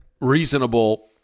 reasonable